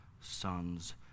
sons